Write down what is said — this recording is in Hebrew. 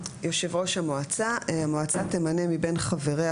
יושב ראש המועצה 6. המועצה תמנה מבין חבריה,